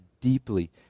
deeply